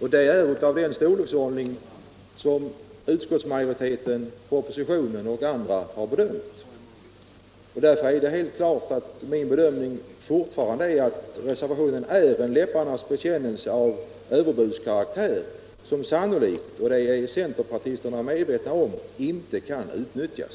Det är den värderingsgrunden som propositionen, utskottsmajoriteten och andra har tillämpat. Därför är min bedömning fortfarande att reservationen är en läpparnas bekännelse av överbudskaraktär där beloppet sannolikt — och det är centerpartisterna medvetna om — inte kan utnyttjas.